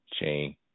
chain